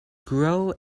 grow